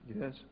Yes